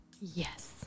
Yes